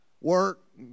Work